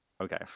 okay